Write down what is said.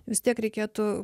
vis tiek reikėtų